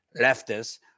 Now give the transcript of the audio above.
leftists